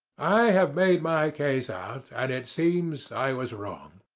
i have made my case out, and it seems i was wrong.